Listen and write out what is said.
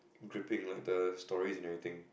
gripping like the stories and everything